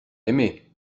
aimé